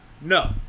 no